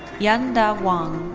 yanda wang.